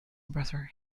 brother